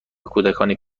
کودکانی